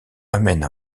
amène